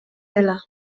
dela